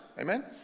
Amen